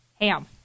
ham